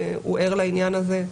והוא ער לעניין הזה.